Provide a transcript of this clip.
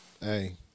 Hey